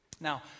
Now